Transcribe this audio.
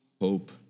hope